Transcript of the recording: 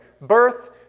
birth